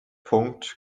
punkt